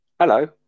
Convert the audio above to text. Hello